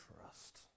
trust